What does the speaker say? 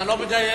אתה לא מדייק.